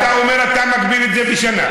אתה אומר שאתה מגביל את זה בשנה.